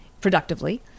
productively